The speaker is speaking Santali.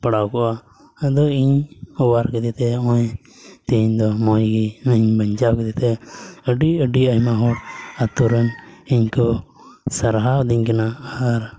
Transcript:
ᱯᱟᱲᱟᱣ ᱠᱚᱜᱼᱟ ᱟᱫᱚ ᱤᱧ ᱚᱣᱟᱨ ᱠᱮᱫᱮᱛᱮ ᱱᱚᱜᱼᱚᱭ ᱛᱮᱦᱮᱧ ᱫᱚ ᱢᱚᱡᱽᱜᱮ ᱱᱚᱜᱼᱚᱭ ᱤᱧ ᱵᱟᱧᱪᱟᱣ ᱠᱮᱫᱮᱛᱮ ᱟᱹᱰᱤᱼᱟᱹᱰᱤ ᱟᱭᱢᱟ ᱦᱚᱲ ᱟᱹᱛᱳᱨᱮᱱ ᱤᱧᱠᱚ ᱥᱟᱨᱦᱟᱣᱮᱫᱮᱧ ᱠᱟᱱᱟ ᱟᱨ